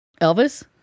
Elvis